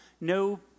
no